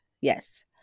Yes